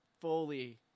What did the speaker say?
fully